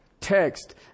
text